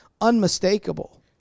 unmistakable